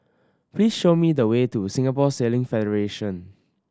please show me the way to Singapore Sailing Federation